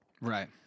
Right